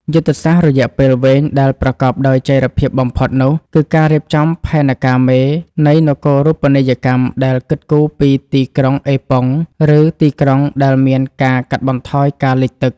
យុទ្ធសាស្ត្ររយៈពេលវែងដែលប្រកបដោយចីរភាពបំផុតនោះ គឺការរៀបចំផែនការមេនៃនគរូបនីយកម្មដែលគិតគូរពី ទីក្រុងអេប៉ុង ឬ ទីក្រុងដែលមានការកាត់បន្ថយការលិចទឹក។